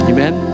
Amen